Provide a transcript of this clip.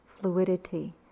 fluidity